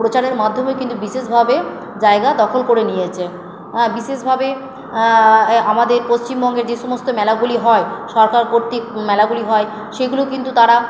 প্রচারের মাধ্যমে কিন্তু বিশেষভাবে জায়গা দখল করে নিয়েছে বিশেষভাবে অ্যা আমাদের পশ্চিমবঙ্গের যে সমস্ত মেলাগুলি হয় সরকার কর্তৃক মেলাগুলি হয় সেগুলো কিন্তু তারা